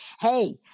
hey